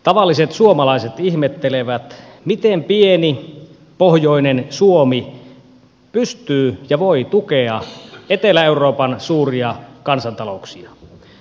tavalliset suomalaiset ihmettelevät miten pieni pohjoinen suomi pystyy tukemaan ja voi tukea etelä euroopan suuria kansantalouksia